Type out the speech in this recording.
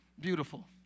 beautiful